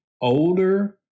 older